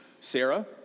Sarah